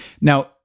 Now